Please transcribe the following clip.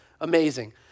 amazing